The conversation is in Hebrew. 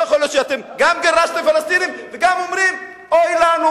לא יכול להיות שאתם גם גירשתם פלסטינים וגם אומרים: אוי לנו,